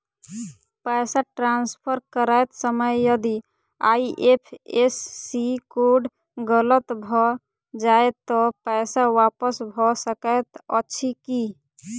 पैसा ट्रान्सफर करैत समय यदि आई.एफ.एस.सी कोड गलत भऽ जाय तऽ पैसा वापस भऽ सकैत अछि की?